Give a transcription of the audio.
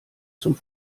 zum